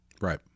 Right